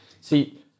See